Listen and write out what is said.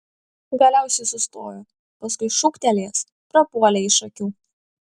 galiausiai sustojo paskui šūktelėjęs prapuolė iš akių